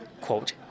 quote